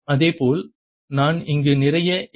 இதேபோல் நான் இங்கு நிறைய எல்